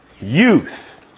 youth